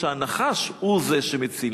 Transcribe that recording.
שהנחש הוא זה שמציל.